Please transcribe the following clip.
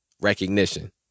Recognition